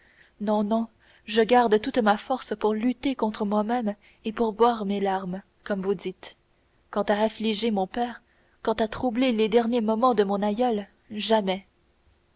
non non je garde toute ma force pour lutter contre moi-même et pour boire mes larmes comme vous dites quant à affliger mon père quant à troubler les derniers moments de mon aïeule jamais